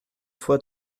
fois